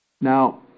Now